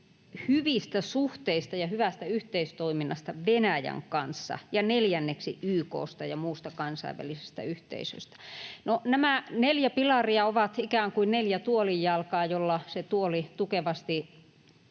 hyvistä suhteista ja hyvästä yhteistoiminnasta Venäjän kanssa ja neljänneksi YK:sta ja muusta kansainvälisestä yhteisöstä. No nämä neljä pilaria ovat ikään kuin neljä tuolinjalkaa, joiden avulla tuolilla